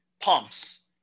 pumps